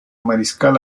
mariscal